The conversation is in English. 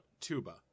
tuba